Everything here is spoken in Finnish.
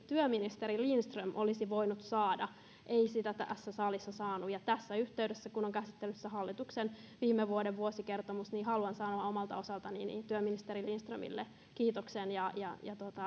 työministeri lindström olisi voinut saada hän ei tässä salissa saanut ja tässä yhteydessä kun on käsittelyssä hallituksen viime vuoden vuosikertomus haluan sanoa omalta osaltani työministeri lindströmille kiitoksen ja ja